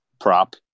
prop